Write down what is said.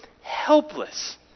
helpless